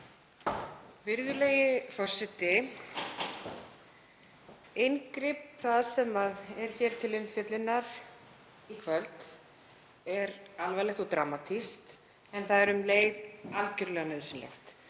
Virðulegi forseti. Inngrip það sem er hér til umfjöllunar í kvöld er alvarlegt og dramatískt, en um leið algjörlega nauðsynlegt.